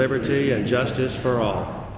liberty and justice for all